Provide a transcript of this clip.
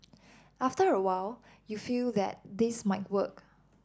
after a while you feel that this might work